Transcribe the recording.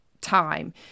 time